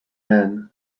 men